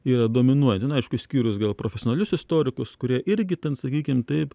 yra dominuoja ten aišku išskyrus gal profesionalius istorikus kurie irgi ten sakykim taip